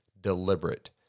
deliberate